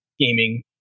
Gaming